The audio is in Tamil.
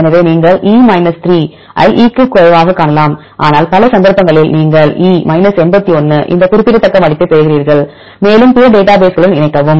எனவே நீங்கள் E 3 ஐ 3 க்கும் குறைவாகக் காணலாம் ஆனால் பல சந்தர்ப்பங்களில் நீங்கள் E 81 இன் இந்த குறிப்பிடத்தக்க மதிப்பைப் பெறுகிறீர்கள் மேலும் பிற டேட்டாபேஸ் களுடன் இணைக்கவும்